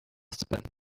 spend